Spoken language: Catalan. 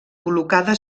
col·locada